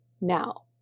Now